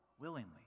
willingly